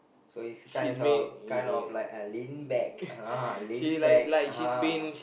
so it's kinds of kind of like a lean back ah !huh! lean back ah !huh!